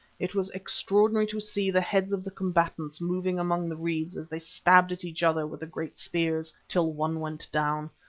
it was extraordinary to see the heads of the combatants moving among the reeds as they stabbed at each other with the great spears, till one went down.